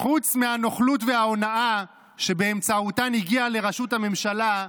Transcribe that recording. חוץ מהנוכלות וההונאה שבאמצעותן הגיע לראשות הממשלה,